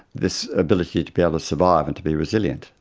this ability to be able to survive and to be resilient.